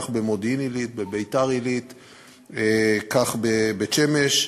כך במודיעין-עילית, כך בביתר וכך בבית-שמש.